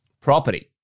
property